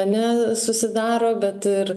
ane susidaro bet ir